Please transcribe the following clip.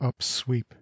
upsweep